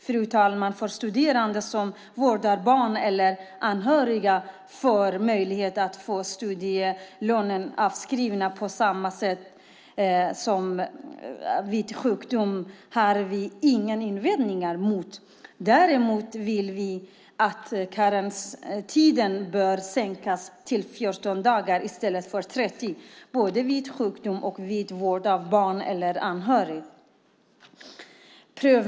Fru talman! Att studerande som vårdar barn eller anhöriga får möjlighet att få studielånen avskrivna på samma sätt som vid sjukdom har vi inga invändningar mot. Däremot anser vi att karenstiden bör sänkas till 14 dagar i stället för 30 dagar både vid sjukdom och vid vård av barn eller anhörig.